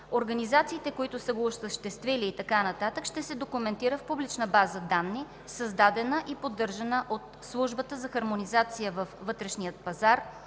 организациите, които са го осъществили, и т.н., ще се документира в публична база данни, създадена и поддържана от Службата за хармонизация във вътрешния пазар